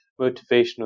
motivational